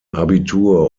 abitur